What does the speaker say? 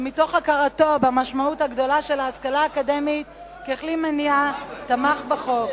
שמתוך הכרתו במשמעות הגדולה של ההשכלה האקדמית ככלי מניע תמך בחוק.